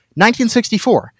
1964